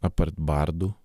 apart bardų